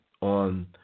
on